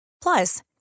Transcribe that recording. Plus